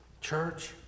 church